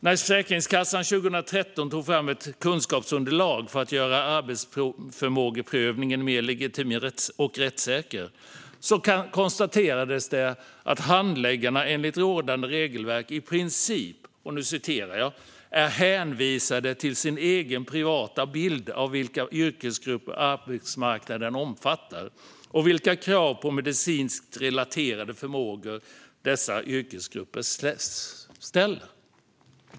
När Försäkringskassan 2013 tog fram ett kunskapsunderlag för att göra arbetsförmågeprövningen mer legitim och rättssäker konstaterades att handläggarna enligt rådande regelverk i princip är "hänvisade till sin egen privata bild av vilka yrkesgrupper arbetsmarknaden omfattar och vilka krav på medicinskt relaterade förmågor dessa yrkesgrupper ställer".